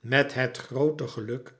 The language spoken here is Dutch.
met het groote geluk